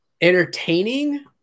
entertaining